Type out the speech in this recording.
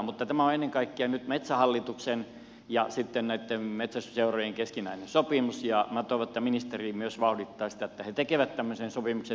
mutta tämä on ennen kaikkea nyt metsähallituksen ja näitten metsästysseurojen keskinäinen sopimus ja minä toivon että ministeri myös vauhdittaisi sitä että he tekevät tämmöisen sopimuksen ettei siitä tarvitse jäljestäpäin sitten vääntää